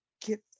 get